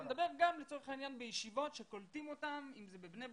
אני מדבר גם לצורך העניין על ישיבות שקולטות אותם אם זה בבני ברק,